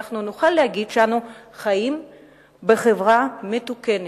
נוכל להגיד שאנחנו חיים בחברה מתוקנת.